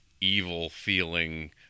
evil-feeling